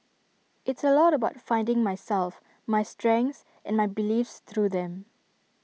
it's A lot about finding myself my strengths and my beliefs through them